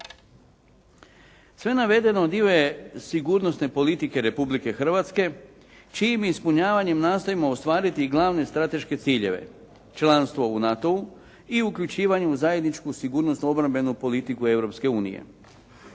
Sve navedeno dio je sigurnosne politike Republike Hrvatske čijim ispunjavanjem nastojimo ostvariti glavne strateške ciljeve: članstvo u NATO-u i uključivanje u zajedničku sigurnosno-obrambenu politiku